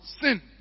Sin